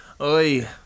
Oi